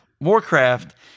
Warcraft